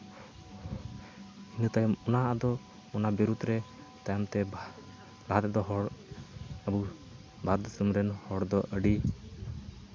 ᱤᱱᱟᱹ ᱛᱟᱭᱚᱢ ᱚᱱᱟ ᱫᱚ ᱚᱱᱟ ᱵᱤᱨᱩᱫᱽ ᱨᱮ ᱛᱟᱭᱚᱢ ᱛᱮ ᱞᱟᱦᱟ ᱛᱮᱫᱚ ᱦᱚᱲ ᱟᱵᱚ ᱵᱷᱟᱨᱚᱛ ᱫᱤᱥᱚᱢ ᱨᱮᱱ ᱦᱚᱲ ᱫᱚ ᱟᱹᱰᱤ